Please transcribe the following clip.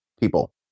people